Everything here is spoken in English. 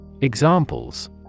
Examples